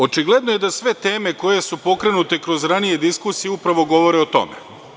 Očigledno je da sve teme koje su pokrenute kroz ranije diskusije upravo govore o tome.